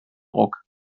ruck